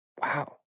Wow